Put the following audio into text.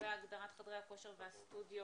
הגדרת חדרי הכושר והסטודיו